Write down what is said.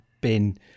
bin